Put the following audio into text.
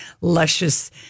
luscious